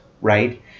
right